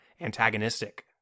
antagonistic